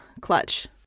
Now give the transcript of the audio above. clutch